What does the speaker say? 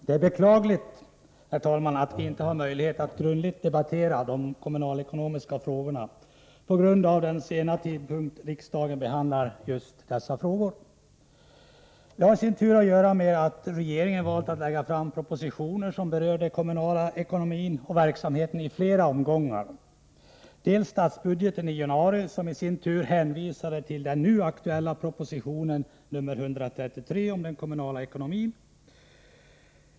Herr talman! Det är beklagligt att vi inte har möjligheter att grundligt debattera de kommunalekonomiska frågorna på grund av den sena tidpunkt då riksdagen behandlar dessa frågor. Det har i sin tur att göra med att regeringen valt att lägga fram propositioner som berör den kommunala ekonomin och verksamheten i flera omgångar. Först kom statsbudgeten i januari, som hänvisade till den nu aktuella propositionen, nr 133, om den kommunala ekonomin.